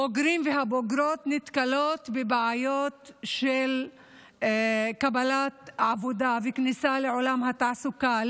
הבוגרים והבוגרות נתקלים בבעיות של קבלת עבודה וכניסה לעולם התעסוקה.